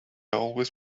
always